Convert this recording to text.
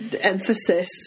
emphasis